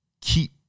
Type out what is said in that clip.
keep